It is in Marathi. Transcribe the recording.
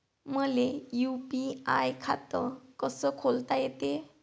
मले यू.पी.आय खातं कस खोलता येते?